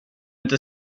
inte